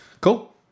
cool